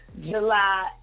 July